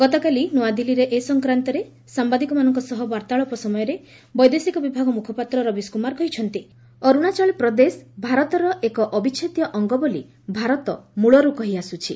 ଗତକାଲି ନୂଆଦିଲ୍ଲୀରେ ଏ ସଂକ୍ରାନ୍ତରେ ସାମ୍ବାଦିକମାନଙ୍କ ସହ ବାର୍ତ୍ତାଳାପ ସମୟରେ ବୈଦେଶିକ ବିଭାଗ ମୁଖପାତ୍ର ରବିଶ କୁମାର କହିଛନ୍ତି ଅରୁଣାଚଳ ପ୍ରଦେଶ ଭାରତର ଏକ ଅବିଚ୍ଛେଦ୍ୟ ଅଙ୍ଗ ବୋଲି ଭାରତ ମୂଳରୂ କହିଆସୁଛି